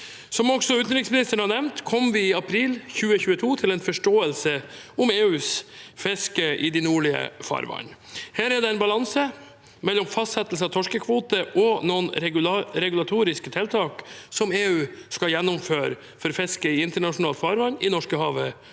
Som også utenriksministeren har nevnt, kom vi i april 2022 til en forståelse om EUs fiske i de nordlige farvann. Her er det en balanse mellom fastsettelse av torskekvote og noen regulatoriske tiltak som EU skal gjennomføre for fiske i internasjonalt farvann i Norskehavet